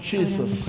Jesus